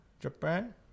Japan